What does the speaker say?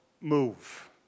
move